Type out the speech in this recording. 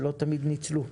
ולא תמיד ניצלו.